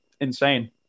insane